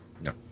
No